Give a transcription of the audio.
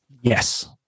Yes